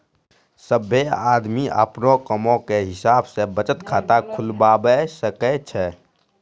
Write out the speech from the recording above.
सभ्भे आदमी अपनो कामो के हिसाब से बचत खाता खुलबाबै सकै छै